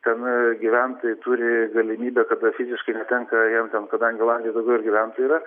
ten gyventojai turi galimybę kada fiziškai netenka jiem ten kadangi olandijoj daugiau ir gyventojų yra